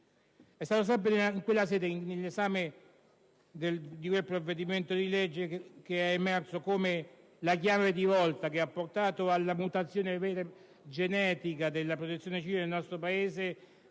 È stato sempre in quella sede, nel corso dell'esame di quel provvedimento, che è emerso come la chiave di volta che ha portato alla mutazione genetica della Protezione civile del nostro Paese